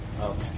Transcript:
Okay